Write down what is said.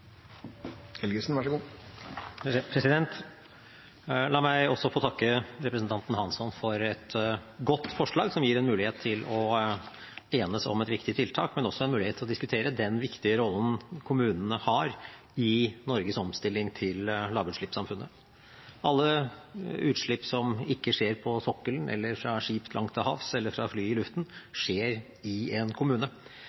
La meg også få takke representanten Hansson for et godt forslag, som gir en mulighet for å enes om et viktig tiltak, men også en mulighet til å diskutere den viktige rollen kommunene har i Norges omstilling til lavutslippssamfunnet. Alle utslipp som ikke skjer på sokkelen, fra skip langt til havs eller fra fly i